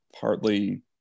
partly